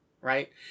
right